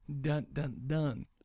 dun-dun-dun